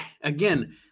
again